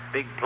Big